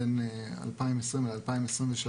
בין 2020-2023,